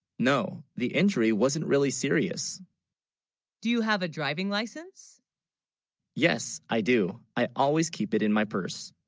no, the injury, wasn't really serious do you have a driving license yes i do i always keep it in my purse